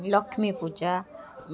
Lakshmi Puja